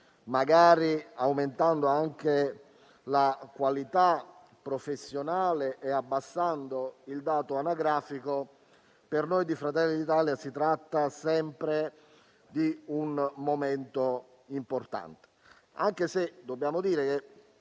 magari elevando anche la qualità professionale e abbassando il dato anagrafico, per noi di Fratelli d'Italia si tratta sempre di un momento importante, anche se dobbiamo dire che